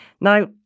Now